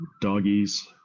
doggies